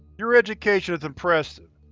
your education is impressive,